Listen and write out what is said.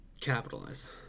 capitalize